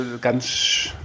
ganz